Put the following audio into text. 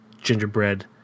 gingerbread